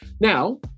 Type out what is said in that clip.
now